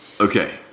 okay